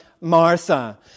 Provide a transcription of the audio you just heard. Martha